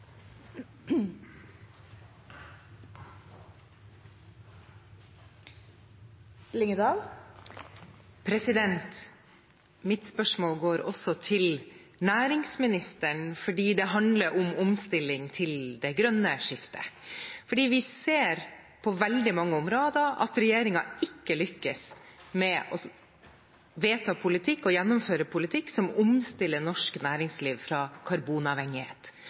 Mitt spørsmål går også til næringsministeren, fordi det handler om omstilling til det grønne skiftet. Vi ser på veldig mange områder at regjeringen ikke lykkes med å vedta og gjennomføre politikk som omstiller norsk næringsliv fra karbonavhengighet.